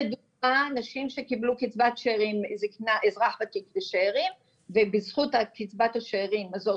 לדוגמה אנשים שקיבלו קצבת אזרח ותיק ושאירים ובזכות הקצבה הזו,